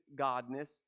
godness